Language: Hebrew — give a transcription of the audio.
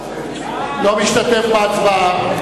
אינו משתתף בהצבעה לא רוצה להשתתף בהצבעה.